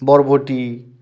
বরবটি